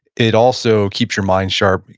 it also keeps your mind sharp,